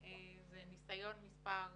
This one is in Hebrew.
ומה המענים שנתתם לאותם